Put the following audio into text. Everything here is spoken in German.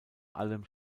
allem